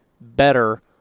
better